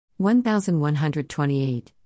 1128